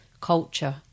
culture